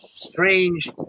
Strange